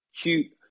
cute